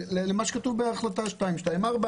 למה שכתוב בהחלטה 224